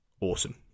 awesome